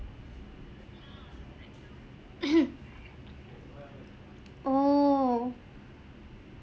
oh